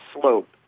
slope